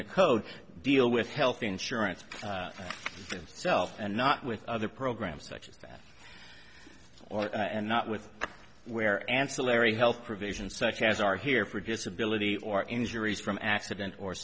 the code deal with health insurance itself and not with other programs such as that or and not with where ancillary health provisions such as are here for disability or injuries from accident or